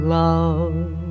love